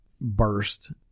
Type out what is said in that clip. burst